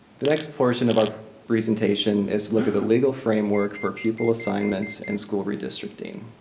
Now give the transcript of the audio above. the next portion of our presentation is look at the legal framework for pupil assignments and school redistricting.